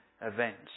events